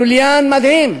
לוליין מדהים,